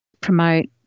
promote